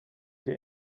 dir